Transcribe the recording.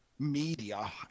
Media